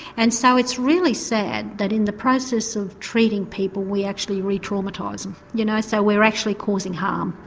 and so it's really sad that in the process of treating people we actually re-traumatise them you know so we're actually causing harm,